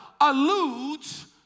alludes